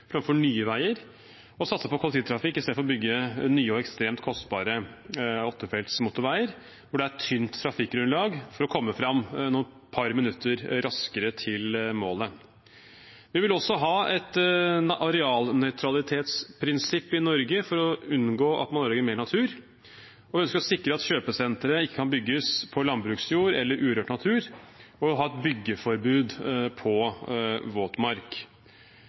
framfor nye veier og å satse på kollektivtrafikk istedenfor å bygge nye og ekstremt kostbare åttefelts motorveier hvor det er et tynt trafikkgrunnlag, for å komme et par minutter raskere fram til målet. Vi vil også ha et arealnøytralitetsprinsipp i Norge for å unngå at man ødelegger mer natur, og vi ønsker å sikre at kjøpesentre ikke kan bygges på landbruksjord eller urørt natur, og å ha et byggeforbud på våtmark.